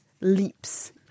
leaps